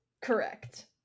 correct